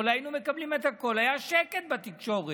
היינו מקבלים את הכול והיה שקט בתקשורת,